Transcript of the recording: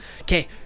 Okay